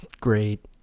great